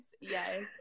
Yes